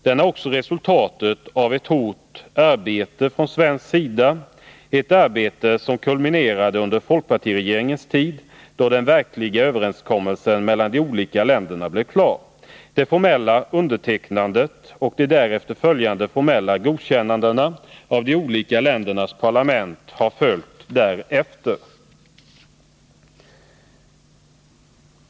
Den är också resultatet av ett hårt arbete från svensk sida, ett arbete som kulminerade under folkpartiregeringens tid, då den verkliga överenskommelsen mellan de olika länderna blev klar. Det formella undertecknandet och de därefter följande formella godkännandena av de olika ländernas parlament har följt därefter.